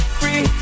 free